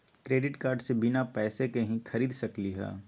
Credit card से बिना पैसे के ही खरीद सकली ह?